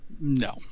No